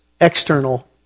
external